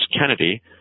Kennedy